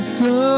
go